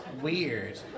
weird